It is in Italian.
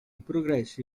progressi